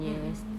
mm mm